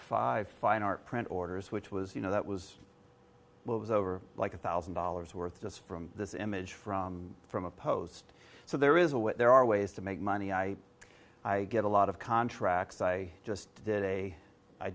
five fine art print orders which was you know that was moves over like a thousand dollars worth just from this image from from a post so there is a way there are ways to make money i i get a lot of contracts i just did a i